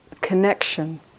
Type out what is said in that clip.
connection